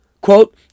Quote